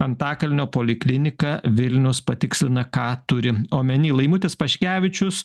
antakalnio poliklinika vilnius patikslina ką turi omeny laimutis paškevičius